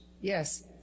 yes